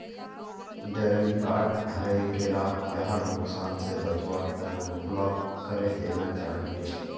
debit card हरई गेला यहार नुकसान स बचवार तना ब्लॉक करे देना चाहिए